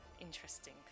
interesting